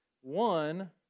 One